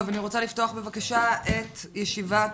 אני רוצה לפתוח בבקשה את הישיבה